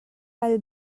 kal